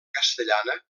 castellana